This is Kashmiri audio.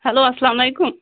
ہٮ۪لو اسلام علیکُم